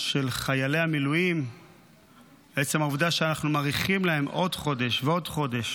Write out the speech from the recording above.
של חיילי המילואים בעצם העובדה שאנחנו מאריכים לכם עוד חודש ועוד חודש.